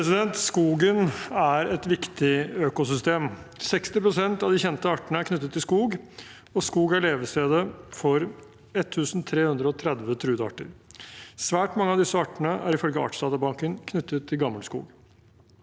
Skogen er et viktig økosystem. 60 pst. av de kjente artene er knyttet til skog, og skog er levestedet for 1 330 truede arter. Svært mange av disse artene er ifølge Artsdatabanken knyttet til gammelskog.